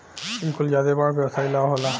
इ कुल ज्यादे बड़ व्यवसाई ला होला